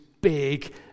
big